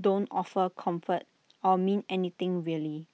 don't offer comfort or mean anything really